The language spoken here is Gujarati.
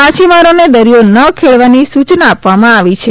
માછીમારોને દરિયો ન ખેડવાની સૂચના આપવામાં આવી છે